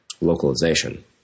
localization